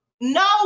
no